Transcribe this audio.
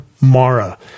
Mara